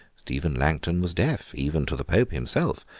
stephen langton was deaf, even to the pope himself,